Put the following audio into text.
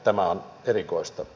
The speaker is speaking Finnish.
tämä on erikoista